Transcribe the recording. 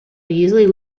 usually